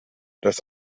das